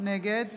נגד